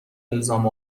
الزام